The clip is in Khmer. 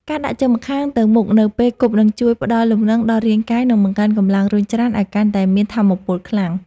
ការដាក់ជើងម្ខាងទៅមុខនៅពេលគប់នឹងជួយផ្ដល់លំនឹងដល់រាងកាយ និងបង្កើនកម្លាំងរុញច្រានឱ្យកាន់តែមានថាមពលខ្លាំង។